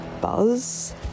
buzz